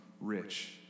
rich